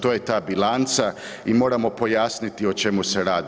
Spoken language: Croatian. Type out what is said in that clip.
To je ta bilanca i moramo pojasniti o čemu se radi.